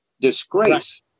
disgrace